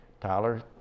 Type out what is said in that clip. Tyler